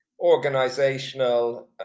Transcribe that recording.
organizational